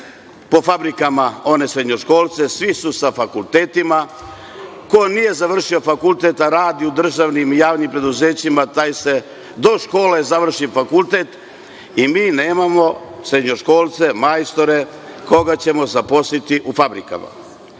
po fabrikama one srednjoškolce, svi su sa fakultetima. Ko nije završio fakultet, a radi u državnim u javnim preduzećima, taj doškoluje, završi fakultet i mi nemamo srednjoškolce, majstore, koje ćemo zaposliti u fabrikama. Isto